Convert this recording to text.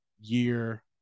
year